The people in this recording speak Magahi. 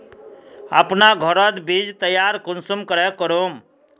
अपना घोरोत बीज तैयार कुंसम करे करूम?